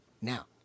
Now